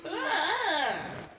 !wah! ah